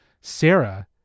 Sarah